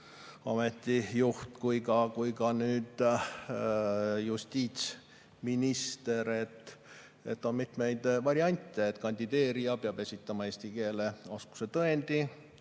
Keeleameti juht kui ka justiitsminister. On mitmeid variante. Kandideerija peab esitama eesti keele oskuse tõendi